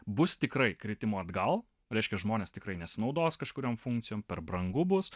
bus tikrai kritimo atgal reiškia žmonės tikrai nesinaudos kažkuriom funkcijom per brangu bus